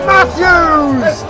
Matthews